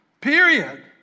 Period